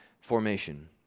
formation